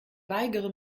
weigere